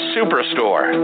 Superstore